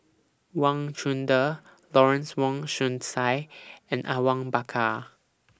Wang Chunde Lawrence Wong Shyun Tsai and Awang Bakar